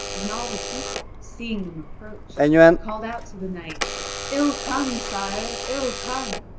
when all the people, seeing them approach called out to the knight ill come, sire, ill come.